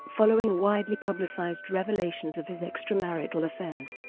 following widely publicized revelations of his extramarital affairs.